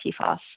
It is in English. TFOS